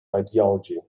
ideology